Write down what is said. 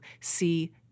see